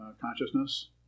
consciousness